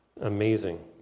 Amazing